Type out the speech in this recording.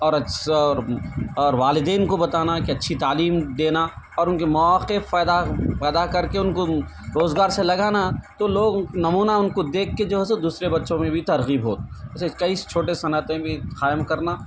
اور اور اور والدین کو بتانا کہ اچھی تعلیم دینا اور ان کے مواقع پیدا پیدا کر کے ان کو روزگار سے لگانا تو لوگ نمونہ ان کو دیکھ کے جو ہے سو دوسرے بچوں میں بھی ترغیب ہو اس سے کئی چھوٹے صنعتیں بھی قائم کرنا